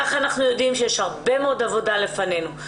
כך אנחנו יודעים שיש הרבה מאוד עבודה לפנינו.